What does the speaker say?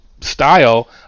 style